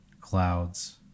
clouds